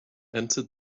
entered